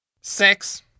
Sex